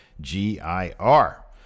G-I-R